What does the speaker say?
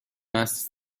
است